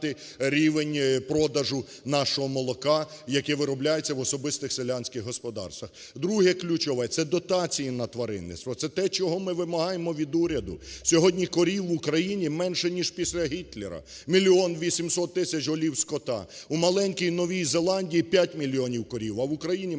Друге ключове, це дотації на тваринництво, це те, чого ми вимагаємо від уряду. Сьогодні корів в Україні менше ніж після Гітлера, 1 мільйон 800 тисяч голів скота, у маленькій Новій Зеландії 5 мільйонів корів, а в Україні менше